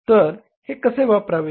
तर हे कसे वापरावे